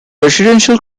residential